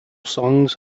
songs